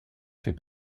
fait